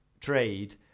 trade